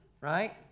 right